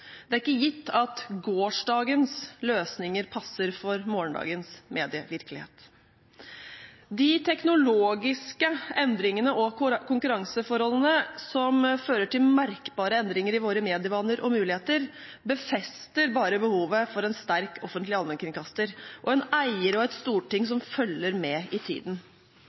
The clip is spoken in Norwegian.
Det er ikke gitt at gårsdagens løsninger passer for morgendagens medievirkelighet. De teknologiske endringene og konkurranseforholdene som fører til merkbare endringer i våre medievaner og muligheter, befester bare behovet for en sterk offentlig allmennkringkaster og en eier og et storting som følger med i tiden.